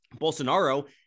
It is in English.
Bolsonaro